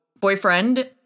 boyfriend